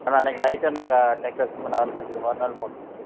நான் அன்றைக்கி நைட்டே நாங்கள் டெக்கரேஷன் பண்ண ஆரம்பிச்சுடுவோம் அதனால் மோஸ்ட்லி